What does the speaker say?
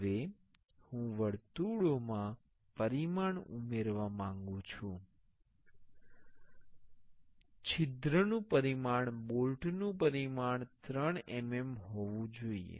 હવે હું વર્તુળોમાં પરિમાણ ઉમેરવા માંગું છું છિદ્રનું પરિમાણ બોલ્ટ નું પરિમાણ 3 mm મિલિમીટર હોવું જોઈએ